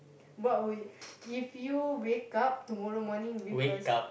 what would you if you wake up tomorrow morning with a